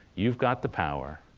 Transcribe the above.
you've got the power.